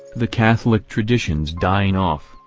the catholic tradition's dying off,